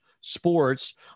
sports